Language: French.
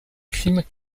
crimes